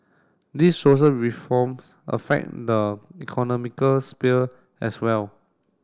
these social reforms affect the economical sphere as well